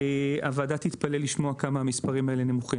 הוועדה תתפלא לשמוע כמה המספרים האלה נמוכים.